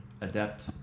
adapt